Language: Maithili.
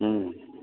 हूँ